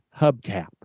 Hubcap